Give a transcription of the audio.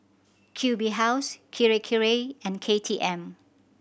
Q B House Kirei Kirei and K T M